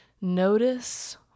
Notice